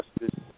Justice